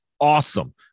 Awesome